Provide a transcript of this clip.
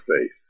faith